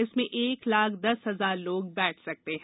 इसमें एक लाख दस हजार लोग बैठ सकते हैं